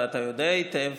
ואתה יודע היטב